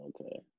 Okay